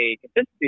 consistency